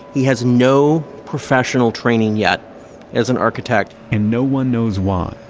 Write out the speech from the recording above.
he has no professional training yet as an architect and no one knows why,